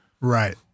Right